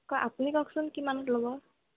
কওক আপুনি কওকচোন কিমানত ল'ব